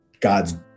God's